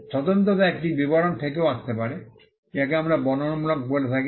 স্বতন্ত্রতা একটি বিবরণ থেকেও আসতে পারে যাকে আমরা বর্ণনামূলক বলে থাকি